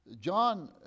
John